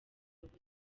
ubusa